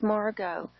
Margot